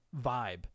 vibe